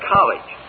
College